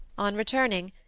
on returning,